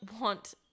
want